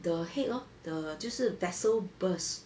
the head lor the 就是 vessel burst